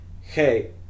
hey